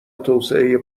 توسعه